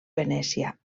venècia